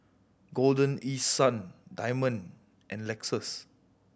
Golden East Sun Diamond and Lexus